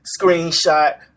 screenshot